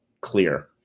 clear